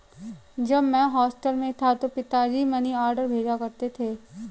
जब मैं हॉस्टल में था तो पिताजी मनीऑर्डर भेजा करते थे